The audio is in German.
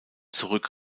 zurück